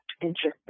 interesting